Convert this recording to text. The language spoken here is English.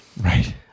Right